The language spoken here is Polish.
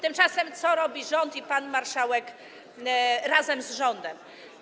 Tymczasem co robi rząd, a pan marszałek razem z rządem?